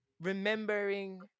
remembering